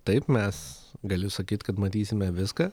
taip mes galiu sakyt kad matysime viską